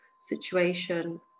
situation